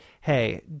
Hey